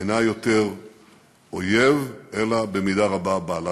אינה יותר אויב אלא במידה רבה בעלת-ברית.